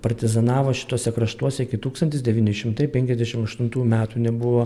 partizanavo šituose kraštuose iki tūkstantis devyni šimtai penkiasdešim aštuntų metų nebuvo